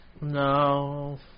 No